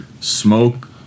smoke